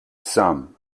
some